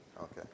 Okay